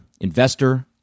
investor